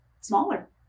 smaller